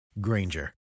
Granger